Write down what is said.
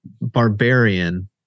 Barbarian